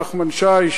נחמן שי,